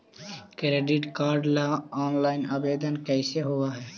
Credit card ल online आवेदन कैसे होब है?